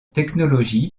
technologie